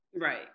Right